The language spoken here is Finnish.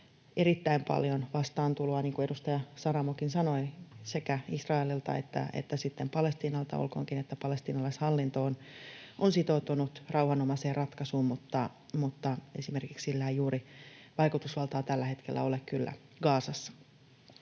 erittäin paljon vastaantuloa, niin kuin edustaja Saramokin sanoi, sekä Israelilta että Palestiinalta — olkoonkin, että palestiinalaishallinto on sitoutunut rauhanomaiseen ratkaisuun, mutta esimerkiksi sillä ei juuri vaikutusvaltaa tällä hetkellä ole kyllä Gazassa.